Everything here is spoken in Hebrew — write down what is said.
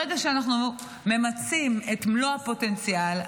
ברגע שאנחנו ממצים את מלוא הפוטנציאל,